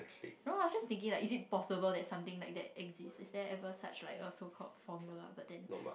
no just thinking like is it possible that something like that exist is there ever such like a so called formula but then